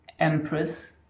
Empress